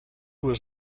was